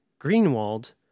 Greenwald